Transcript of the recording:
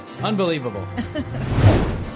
Unbelievable